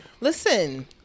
listen